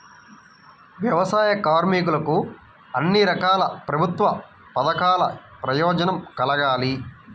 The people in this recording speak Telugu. వ్యవసాయ కార్మికులకు అన్ని రకాల ప్రభుత్వ పథకాల ప్రయోజనం కలగాలి